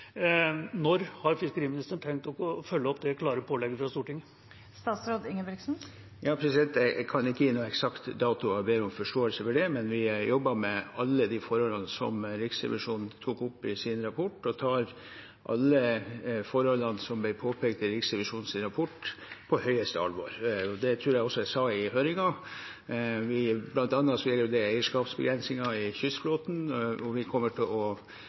Når har fiskeriministeren tenkt å følge opp det klare pålegget fra Stortinget? Jeg kan ikke gi noen eksakt dato, og jeg ber om forståelse for det. Men vi jobber med alle de forholdene som Riksrevisjonen tok opp i sin rapport, og tar alle forholdene som ble påpekt i Riksrevisjonens rapport, på høyeste alvor. Det tror jeg også jeg sa i høringen. Blant annet er det eierskapsbegrensninger i kystflåten, hvor vi kommer til å